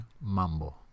Mambo